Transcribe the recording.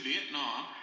Vietnam